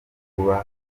kuba